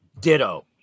ditto